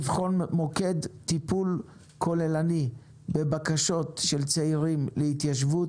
לבחון מוקד טיפול כוללני בבקשות של צעירים להתיישבות.